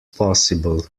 possible